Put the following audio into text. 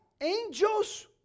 Angels